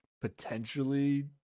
potentially